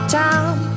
time